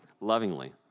Lovingly